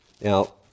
Now